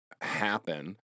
happen